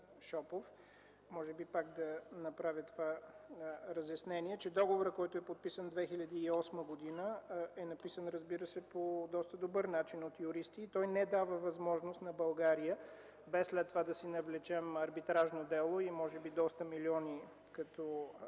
може би пак да направя това разяснение, че договорът, подписан през 2008 г., е написан, разбира се, по доста добър начин от юристи и той не дава възможност на България без след това да си навлечем арбитражно дело и може би доста милиони като